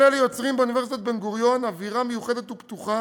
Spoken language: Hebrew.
כל אלה יוצרים באוניברסיטת בן-גוריון אווירה מיוחדת ופתוחה,